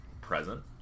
present